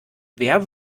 wer